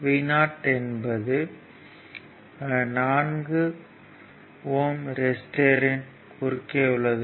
Vo என்பது 4 ohm ரெசிஸ்டெரியின் குறுக்கே உள்ளது